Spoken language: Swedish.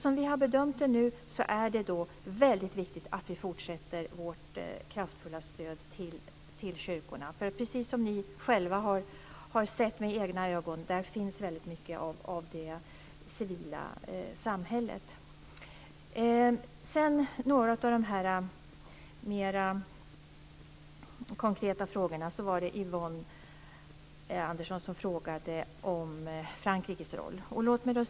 Som vi har bedömt det nu så är det väldigt viktigt att vi fortsätter med vårt kraftfulla stöd till kyrkorna. Precis som ni själva har sett med egna ögon finns nämligen väldigt mycket av det civila samhället där. Sedan gäller det några av de mer konkreta frågorna. Yvonne Andersson frågade om Frankrikes roll.